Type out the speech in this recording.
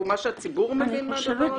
או מה שהציבור מבין מהדבר הזה?